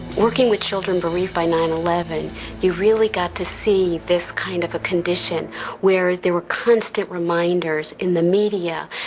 working with children bereaved by nine eleven you really got to see this kind of condition where there were constant reminders in the media,